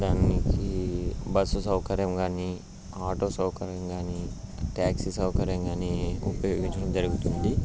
దానికీ బస్సు సౌకర్యం కానీ ఆటో సౌకర్యం కానీ ట్యాక్సీ సౌకర్యం కానీ ఉపయోగించడం జరుగుతుంది